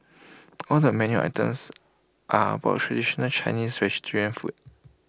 all the menu items are about traditional Chinese vegetarian food